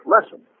Listen